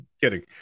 Kidding